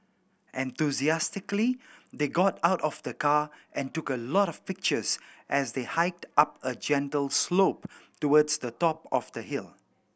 enthusiastically they got out of the car and took a lot of pictures as they hiked up a gentle slope towards the top of the hill